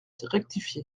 rectifié